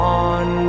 on